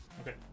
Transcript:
Okay